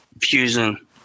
fusion